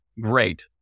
great